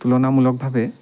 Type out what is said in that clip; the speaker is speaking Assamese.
তুলনামূলকভাৱে